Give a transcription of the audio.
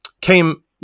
came